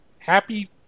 Happy